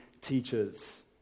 teachers